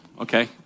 Okay